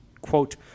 quote